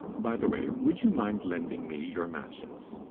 by the way, would you mind lending me your matches?